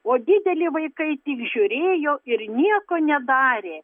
o dideli vaikai tik žiūrėjo ir nieko nedarė